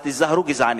אז תיזהרו, גזענים.